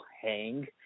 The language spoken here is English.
hang